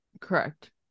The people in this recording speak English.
Correct